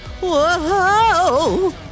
Whoa